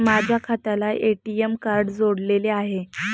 माझ्या खात्याला ATM card जोडलेले आहे